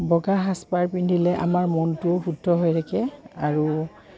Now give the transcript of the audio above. বগা সাজপাৰ পিন্ধিলে আমাৰ মনটোও শুদ্ধ হৈ থাকে আৰু